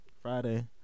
Friday